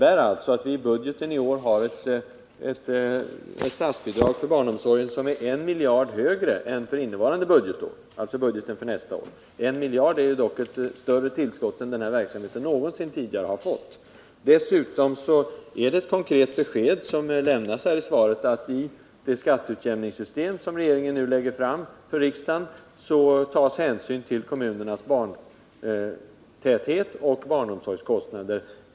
Det innebär att vi i budgeten för nästa år har ett statsbidrag för barnomsorgen som ligger 1 miljard kronor högre än för innevarande budgetår. 1 miljard är ett större tillskott än den här verksamheten någonsin tidigare har fått. Jag vill också peka på det besked som lämnas i svaret när det gäller det reformerade skatteutjämningssystem som regeringen inom kort kommer att föreslå riksdagen. Hänsyn kommer därvid att tas till kommunernas barntäthet och barnomsorgskostnader.